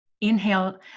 Inhale